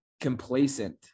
complacent